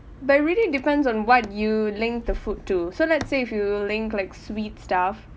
but really depends on what you linked the food to so let's say if you link like sweet stuff